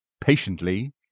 patiently